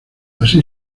así